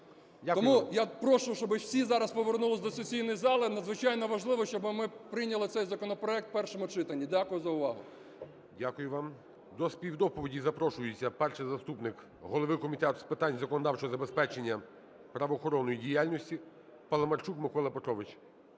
Тому я прошу, щоби всі зараз повернулися до сесійної зали. Надзвичайно важливо, щоби ми прийняли цей законопроект у першому читанні. Дякую за увагу. ГОЛОВУЮЧИЙ. Дякую вам. До співдоповіді запрошується перший заступник голови Комітету з питань законодавчого забезпечення правоохоронної діяльності Паламарчук Микола Петрович.